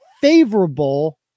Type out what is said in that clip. favorable